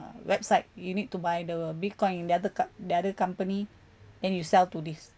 website you need to buy the bitcoin the other com~ the other company then you sell to this